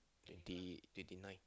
twenty twenty nine